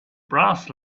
brass